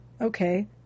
Okay